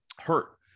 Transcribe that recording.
hurt